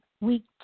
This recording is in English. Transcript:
Week